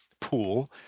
pool